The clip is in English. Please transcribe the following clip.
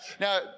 now